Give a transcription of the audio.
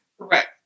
Correct